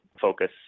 focus